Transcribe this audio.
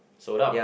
sold out